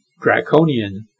draconian